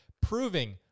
proving